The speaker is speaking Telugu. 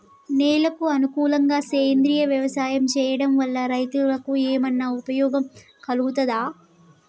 నేలకు అనుకూలంగా సేంద్రీయ వ్యవసాయం చేయడం వల్ల రైతులకు ఏమన్నా ఉపయోగం కలుగుతదా?